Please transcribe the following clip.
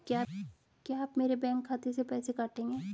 क्या आप मेरे बैंक खाते से पैसे काटेंगे?